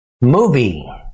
movie